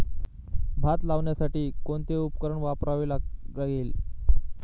भात लावण्यासाठी कोणते उपकरण वापरावे लागेल?